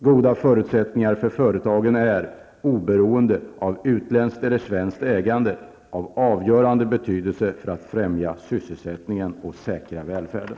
Goda förutsättningar för företagen är, oberoende av utländskt eller svenskt ägande, av avgörande betydelse för att främja sysselsättningen och säkra välfärden.